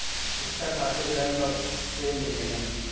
शिक्षा खातिर ऋण कब से मिलेला?